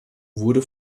wurde